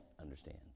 understand